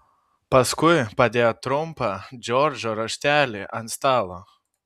paskui padėjo trumpą džordžo raštelį ant stalo